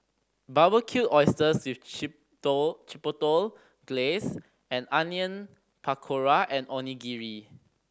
Barbecued Oysters with Chipotle Glaze and Onion Pakora and Onigiri